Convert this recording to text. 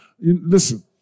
listen